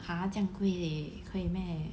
!huh! 这样贵 leh 可以 meh